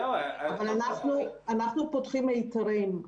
אנחנו פותחים מיתרים.